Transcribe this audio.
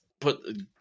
put